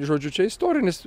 žodžiu čia istorinis